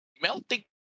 melting